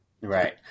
Right